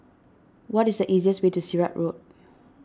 what is the easiest way to Sirat Road